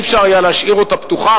לא היה אפשר להשאיר אותה פתוחה,